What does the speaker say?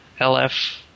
LF